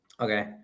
Okay